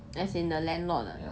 as in the landlord